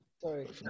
Sorry